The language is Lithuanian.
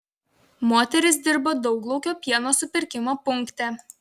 moteris dirba dauglaukio pieno supirkimo punkte